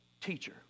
teacher